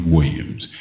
Williams